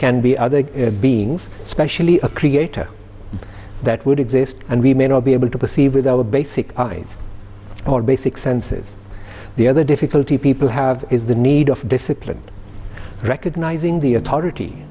can be other beings especially a creator that would exist and we may not be able to perceive with our basic needs or basic senses the other difficulty people have is the need of discipline recognizing the authority